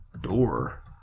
door